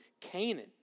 Canaan